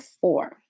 four